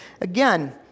Again